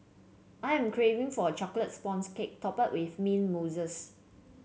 I am craving for a chocolate sponges cake topped with mint mousse